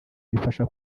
bifasha